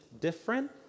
different